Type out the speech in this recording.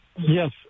Yes